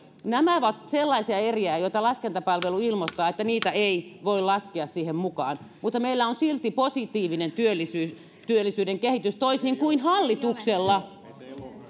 nämä ovat sellaisia eriä joista laskentapalvelu ilmoittaa että niitä ei voi laskea siihen mukaan mutta meillä on silti positiivinen työllisyyden työllisyyden kehitys toisin kuin hallituksella